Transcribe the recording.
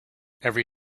every